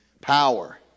power